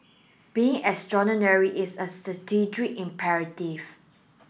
being extraordinary is a strategic imperative